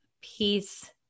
peace